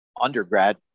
undergrad